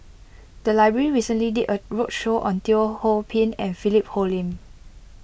the library recently did a roadshow on Teo Ho Pin and Philip Hoalim